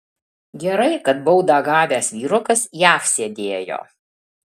gerai kad baudą gavęs vyrukas jav sėdėjo